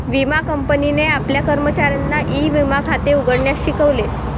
विमा कंपनीने आपल्या कर्मचाऱ्यांना ई विमा खाते उघडण्यास शिकवले